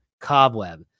cobweb